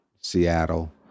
Seattle